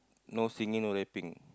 no singing not that pink